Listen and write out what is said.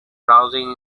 browsing